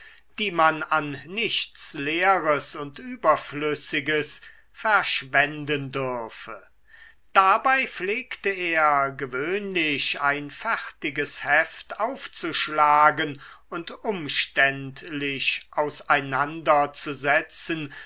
die man an nichts leeres und überflüssiges verschwenden dürfe dabei pflegte er gewöhnlich ein fertiges heft aufzuschlagen und umständlich